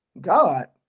God